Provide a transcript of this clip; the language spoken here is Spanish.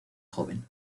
joven